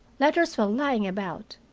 letters were lying about,